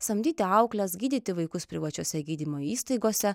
samdyti auklės gydyti vaikus privačiose gydymo įstaigose